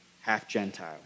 half-Gentile